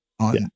on